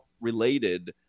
related